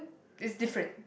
it's different